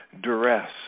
duress